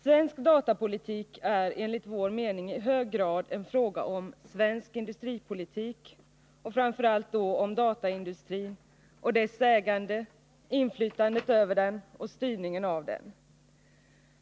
Svensk datapolitik är enligt vår mening i hög grad en fråga om svensk industripolitik och framför allt då om dataindustrin och dess ägande samt inflytandet över den och styrningen av den.